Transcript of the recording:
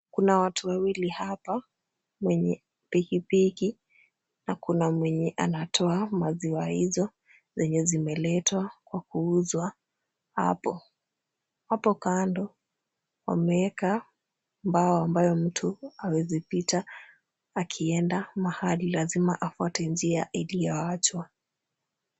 Kuna watu wawili hapa, mwenye pikipiki na kuna mwenye anatoa maziwa hizo zenye zimeletwa kwa kuuzwa hapo. Hapo kando wameweka mbao ambayo mtu hawezi pita akienda mahali lazima afuate njia iliyoachwa.